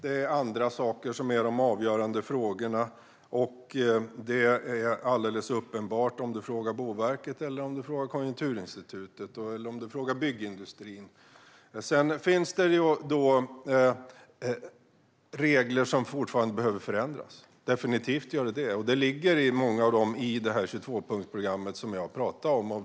Enligt Boverket, Konjunkturinstitutet och byggindustrin är det alldeles uppenbart att det är andra saker som är avgörande. Det finns definitivt regler som fortfarande behöver förändras. De finns med i det 22-punktsprogram som jag har pratat om.